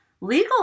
legal